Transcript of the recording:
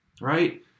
Right